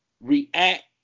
react